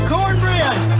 Cornbread